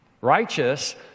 righteous